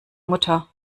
mutter